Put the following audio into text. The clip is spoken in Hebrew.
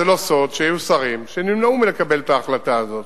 זה לא סוד שהיו שרים שנמנעו מלקבל את ההחלטה הזאת,